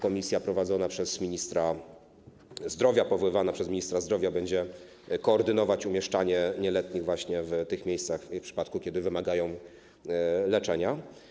Komisja prowadzona przez ministra zdrowia, powoływana przez ministra zdrowia, będzie koordynować umieszczanie nieletnich w tych miejscach w przypadku, kiedy wymagają leczenia.